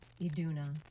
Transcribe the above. Iduna